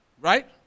Right